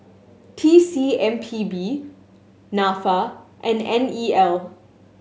T C M P B Nafa and N E L